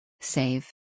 Save